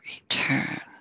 return